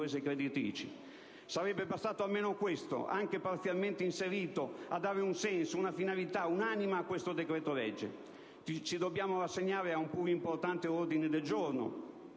creditrici. Sarebbe bastato almeno questo, anche parzialmente inserito, a dare un senso, una finalità, un'anima a questo decreto-legge. Ci dobbiamo rassegnare a un pur importante ordine del giorno,